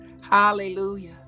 Hallelujah